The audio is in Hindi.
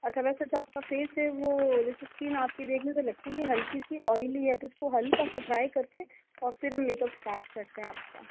अच्छा वैसे जो आपका फेस है वो जैसे स्किन आपकी देखने से लगती है हल्की सी ऑयली है तो इसको हल्का सा ड्राई करके और फ़िर हम मेकअप स्टार्ट करते हैं आपका